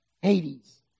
Hades